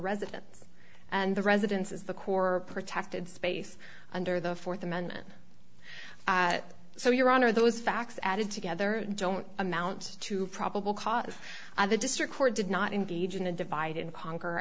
residence and the residence is the core protected space under the fourth amendment so your honor those facts added together don't amount to probable cause the district court did not engage in a divide and conquer